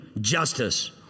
Justice